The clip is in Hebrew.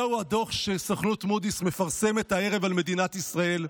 זהו הדוח שסוכנות מודי'ס מפרסמת הערב על מדינת ישראל.